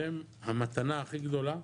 זו המתנה הכי גדולה,